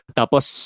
tapos